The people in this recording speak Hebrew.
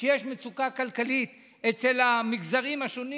כשיש מצוקה כלכלית אצל המגזרים השונים: